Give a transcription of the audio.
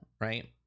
right